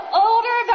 older